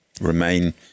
remain